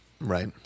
Right